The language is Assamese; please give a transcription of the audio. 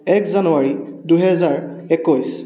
এক জানুৱাৰী দুহেজাৰ একৈছ